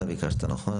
אתה ביקשת, נכון?